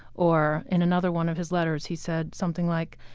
or in another one of his letters he said something like,